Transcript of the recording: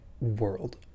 world